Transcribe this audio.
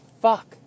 fuck